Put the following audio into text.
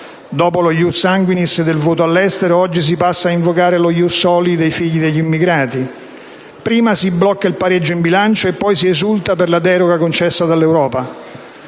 dopo lo *ius sanguinis* del voto all'estero oggi si passa ad invocare lo *ius soli* per i figli degli immigrati; prima si blocca il pareggio di bilancio e poi si esulta per la deroga concessa dall'Europa.